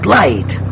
light